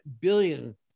billion